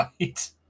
Right